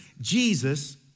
Jesus